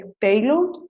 payload